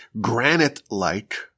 granite-like